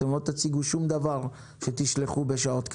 אתם לא תציגו שום דבר שתשלחו בשעות כאלה.